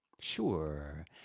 Sure